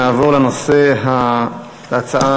נעבור להצעה האחרונה